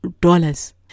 dollars